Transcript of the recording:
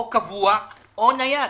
או קבוע או נייד.